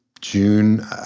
June